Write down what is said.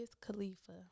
Khalifa